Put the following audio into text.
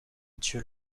dieu